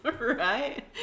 Right